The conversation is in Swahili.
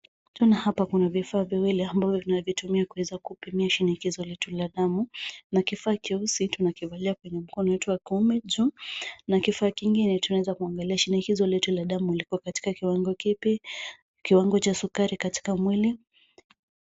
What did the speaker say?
Tunaona hapa kuna vifaa viwili ambavyo tunavitumia kuweza kupimia shinikizo letu la damu na kifaa cheusi tunakivalia kwenye mkono wetu wa kiume juu na kifaa kingine tunaweza kuangalia shinikizo letu la damu liko katika kiwango kipi kiwango cha sukari katika mwili.